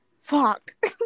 fuck